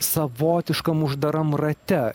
savotiškam uždaram rate